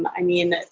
i mean,